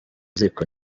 ziko